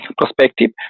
prospective